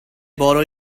borrow